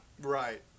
Right